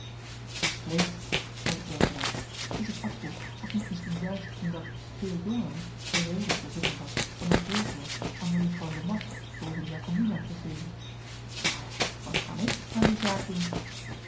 t s vreemd zeide renkelaer die zich afvroeg of niet misschien juist in dat veel jongere de reden te zoeken was van de voorkeur aan mejuffrouw e at boven akomina gegeven maar wat kan ik aan die zaak doen